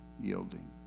Yielding